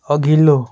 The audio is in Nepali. अघिल्लो